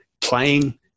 playing